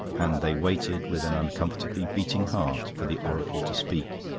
and they waited, with an uncomfortably beating heart, for the oracle to speak.